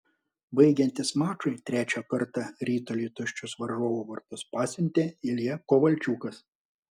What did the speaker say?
baigiantis mačui trečią kartą ritulį į tuščius varžovų vartus pasiuntė ilja kovalčiukas